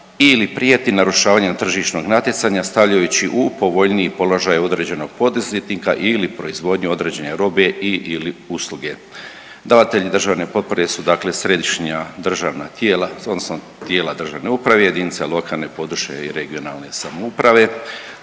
ili prijeti narušavanju tržišnog natjecanja stavljajući u povoljniji položaj određenog poduzetnika ili proizvodnju određene robe i/ili usluge. Davatelji državne potpore su dakle središnja državna tijela odnosno tijela državne uprave, jedinice lokalne, područne i regionalne samouprave